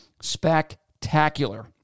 spectacular